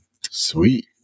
Sweet